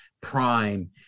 prime